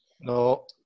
No